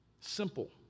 Simple